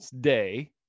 day